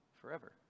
forever